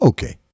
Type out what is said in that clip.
Okay